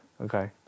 Okay